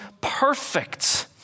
perfect